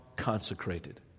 consecrated